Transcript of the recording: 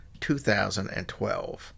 2012